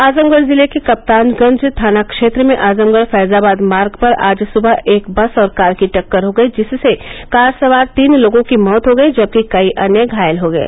आजमगढ़ जिले के कप्तानगंज थाना क्षेत्र में आजमगढ़ फैजाबाद मार्ग पर आज सुबह एक बस और कार की टक्कर हो गयी जिससे कार सवार तीन लोगों की मौत हो गयी जबकि कई अन्य घायल हो गये